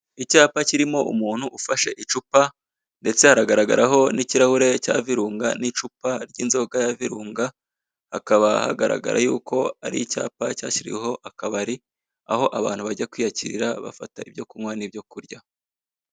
Icyapa kirimo umuntu ufashe icupa ndetse haragaraho n'ikirahure cya Virunga n'icupa ry'inzoga ya Virunga hakaba hagaragara y'uko ari icyapa cyashyiriweho Akabari aho abantu bajya kwiyakirira bafata ibyo kunywa nibyo kurya.